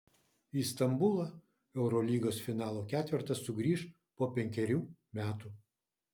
į stambulą eurolygos finalo ketvertas sugrįš po penkerių metų